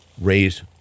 raise